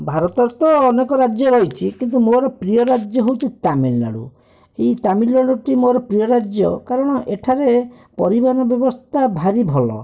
ଭାରତର ତ ଅନେକ ରାଜ୍ୟ ରହିଛି କିନ୍ତୁ ମୋର ପ୍ରିୟ ରାଜ୍ୟ ହେଉଛି ତାମିଲନାଡ଼ୁ ଏଇ ତାମିଲନାଡ଼ୁଟି ମୋର ପ୍ରିୟ ରାଜ୍ୟ କାରଣ ଏଠାରେ ପରିବହନ ବ୍ୟବସ୍ତା ଭାରି ଭଲ